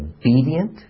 obedient